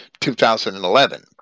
2011